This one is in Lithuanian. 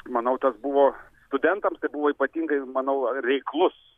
manau tas buvo studentams tai buvo ypatingai manau reiklus